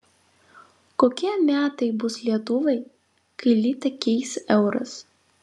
kokie metai bus lietuvai kai litą keis euras